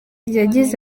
yagize